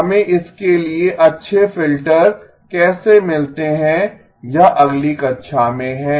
हमें इसके लिए अच्छे फिल्टर कैसे मिलते हैं यह अगली कक्षा में है